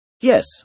Yes